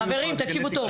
חברים, תקשיבו טוב.